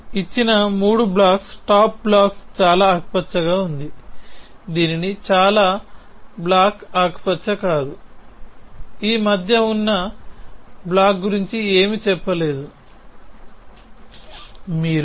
మాకు ఇచ్చిన మూడు బ్లాక్స్ టాప్ బ్లాక్ చాలా ఆకుపచ్చగా ఉంది దిగువ చాలా బ్లాక్ ఆకుపచ్చ కాదు ఈ మధ్య ఉన్న బ్లాక్ గురించి ఏమీ చెప్పలేదు